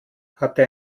hatte